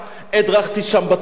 גדלתי שם, הדרכתי שם ב"צופים",